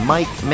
Mike